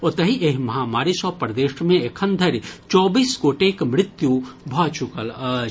ओतहि एहि महामारी सँ प्रदेश मे एखन धरि चौबीस गोटेक मृत्यु भऽ चुकल अछि